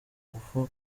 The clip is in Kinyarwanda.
ngufu